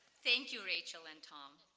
thank you, rachael and tom.